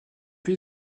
pays